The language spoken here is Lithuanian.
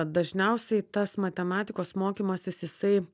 dažniausiai tas matematikos mokymasis jisai